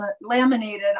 laminated